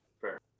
Fair